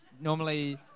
Normally